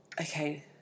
okay